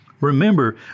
Remember